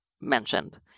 mentioned